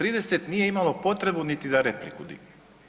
30 nije imalo potrebu niti da repliku digne.